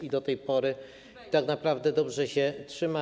i do tej pory tak naprawdę dobrze się trzyma.